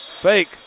fake